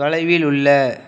தொலைவில் உள்ள